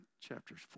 chapters